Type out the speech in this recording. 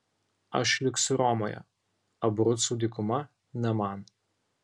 aš liksiu romoje abrucų dykuma ne man